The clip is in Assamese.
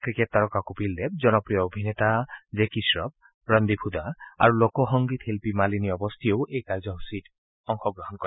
ক্ৰিকেট তাৰকা কপিল দেৱ জনপ্ৰিয় অভিনেতা জেকী শ্ৰফ আৰু ৰণদ্বীপ হুদা আৰু লোকসংগীত শিল্পী মালিনী অবস্তিয়েও এই কাৰ্যসূচীত অংশগ্ৰহণ কৰে